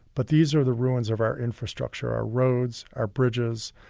but these are the ruins of our infrastructure, our roads, our bridges,